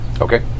Okay